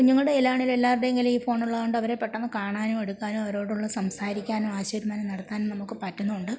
കുഞ്ഞുങ്ങളുടെ കൈയിലാണെങ്കിലും എല്ലാവരുടേയും കയ്യിൽ ഈ ഫോൺ ഉള്ളത് കൊണ്ട് അവരെ പെട്ടെന്ന് കാണാനു എടുക്കാനും അവരോടുള്ള സംസാരിക്കാനും ആശയവിനിമയം നടത്താനും നമുക്ക് പറ്റുന്നുണ്ട്